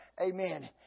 Amen